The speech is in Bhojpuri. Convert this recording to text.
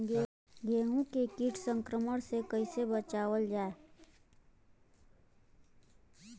गेहूँ के कीट संक्रमण से कइसे बचावल जा?